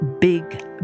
big